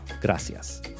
Gracias